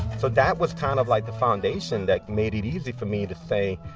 so that was kind of like the foundation that made it easy for me to say,